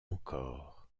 encore